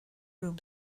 room